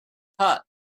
pot